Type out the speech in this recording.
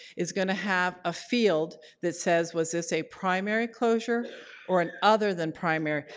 is going to have a field that says was this a primary closure or an other than primary?